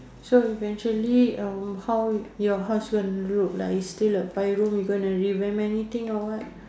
so eventually uh how would your house gonna look like it's still like a five room you gonna revamp anything or what